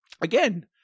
Again